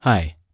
Hi